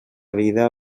vida